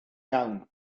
iawn